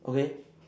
okay